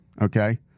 okay